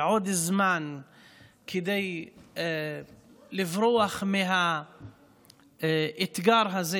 עוד זמן כדי לברוח מהאתגר הזה,